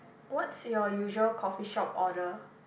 what's your usual coffeeshop order